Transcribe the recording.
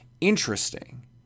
interesting